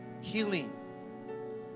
healing